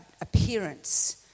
appearance